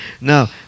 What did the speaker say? Now